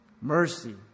mercy